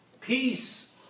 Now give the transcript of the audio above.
peace